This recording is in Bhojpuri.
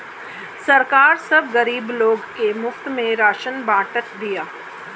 सरकार सब गरीब लोग के मुफ्त में राशन बांटत बिया